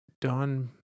Don